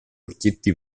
occhietti